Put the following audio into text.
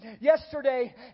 yesterday